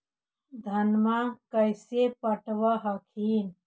धन्मा कैसे पटब हखिन?